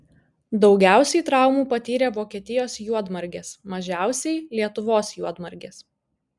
daugiausiai traumų patyrė vokietijos juodmargės mažiausiai lietuvos juodmargės